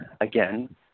again